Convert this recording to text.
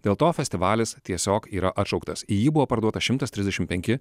dėl to festivalis tiesiog yra atšauktas į jį buvo parduota šimtas trisdešim penki